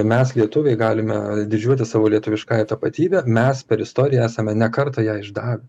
mes lietuviai galime didžiuotis savo lietuviškąja tapatybe mes per istoriją esame ne kartą ją išdavę